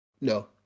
No